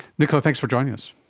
nicola, thanks for joining us.